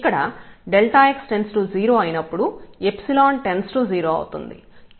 ఇక్కడ x→0 అయినప్పుడు ϵ→0 అవుతుంది